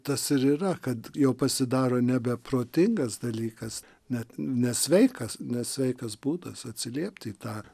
tas ir yra kad jau pasidaro nebe protingas dalykas net nesveikas nesveikas būdas atsiliepti į tą